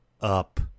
up